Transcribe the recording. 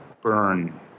burn